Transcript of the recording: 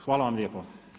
Hvala vam lijepo.